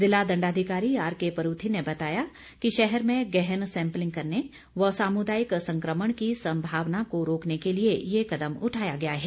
जिला दण्डाधिकारी आरके परूथी ने बताया कि शहर में गहन सैंपलिंग करने व सामुदायिक संक्रमण की संभावना को रोकने के लिए ये कदम उठाया गया है